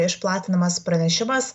išplatinamas pranešimas